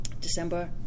December